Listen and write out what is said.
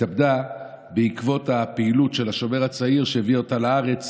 התאבדה בעקבות הפעילות של השומר הצעיר שהביא אותה לארץ,